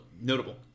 notable